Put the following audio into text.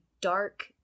dark